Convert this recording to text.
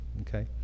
okay